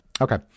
Okay